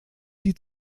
die